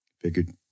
figured